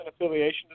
affiliation